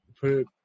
put